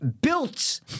built